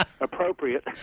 appropriate